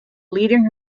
leading